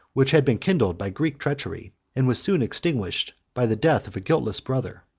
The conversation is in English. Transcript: which had been kindled by greek treachery, and was soon extinguished by the death of a guiltless brother.